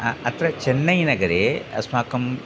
अ अत्र चेन्नैनगरे अस्माकम्